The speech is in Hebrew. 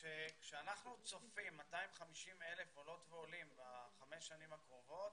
שכאשר אנחנו צופים 250,000 עולות ועולים בחמש השנים הקרובות,